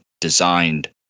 designed